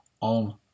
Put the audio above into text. on